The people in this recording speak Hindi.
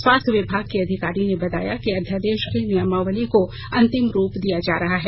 स्वास्थ्य विभाग के अधिकारी ने बताया कि अध्यादेश के नियमावली को अंतिम रूप दिया जा रहा है